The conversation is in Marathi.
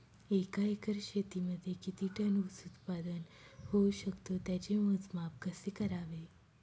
एका एकर शेतीमध्ये किती टन ऊस उत्पादन होऊ शकतो? त्याचे मोजमाप कसे करावे?